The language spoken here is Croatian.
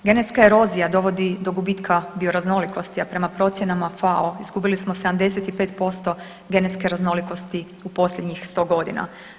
Genetska erozija dovodi do gubitka bioraznolikosti, a prema procjenama FAO izgubili smo 75% genetske raznolikosti u posljednjih 100 godina.